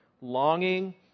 longing